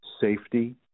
safety